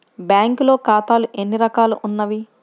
బ్యాంక్లో ఖాతాలు ఎన్ని రకాలు ఉన్నావి?